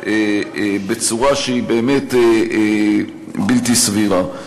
בצורה שהיא באמת בלתי סבירה.